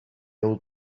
old